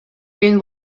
мен